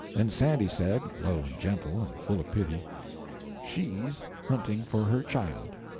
then sandy said, low and gentle, and full of pity she's hunting for her child!